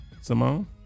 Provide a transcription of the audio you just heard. Simone